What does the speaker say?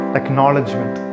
acknowledgement